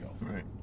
Right